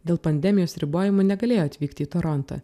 dėl pandemijos ribojimų negalėjo atvykti į torontą